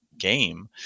game